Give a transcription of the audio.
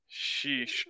Sheesh